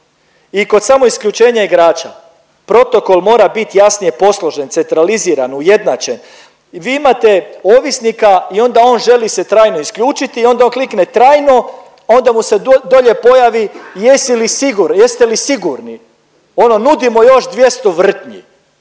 I kod samoisključenja igrača protokol mora biti jasnije posložen, centraliziran, ujednačen. Vi imate ovisnika i onda on želi se trajno isključiti i onda on klikne trajno, a onda mu se dolje pojavi jesi li sigur… jeste li sigurni. Ono nudimo još 200 vrtnji.